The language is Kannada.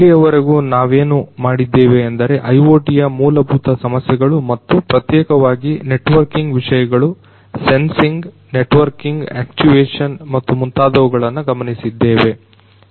ಇಲ್ಲಿಯವರೆಗೂ ನಾವೇನು ಮಾಡಿದ್ದೇವೆ ಎಂದರೆ IoTಯ ಮೂಲಭೂತ ಸಮಸ್ಯೆಗಳು ಮತ್ತು ಪ್ರತ್ಯೇಕವಾಗಿ ನೆಟ್ವರ್ಕಿಂಗ್ ವಿಷಯಗಳು ಸೆನ್ಸಿಂಗ್ ನೆಟ್ವರ್ಕಿಂಗ್ ಆಕ್ಚುಯೆಶನ್ ಮತ್ತು ಮುಂತಾದವು ಗಳನ್ನ ಗಮನಿಸಿದ್ದೇವೆ